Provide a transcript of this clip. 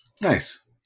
Nice